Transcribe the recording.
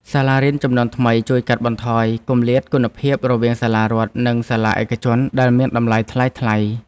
សាលារៀនជំនាន់ថ្មីជួយកាត់បន្ថយគម្លាតគុណភាពរវាងសាលារដ្ឋនិងសាលាឯកជនដែលមានតម្លៃថ្លៃៗ។